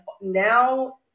now